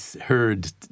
heard